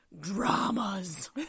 dramas